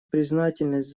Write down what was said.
признательность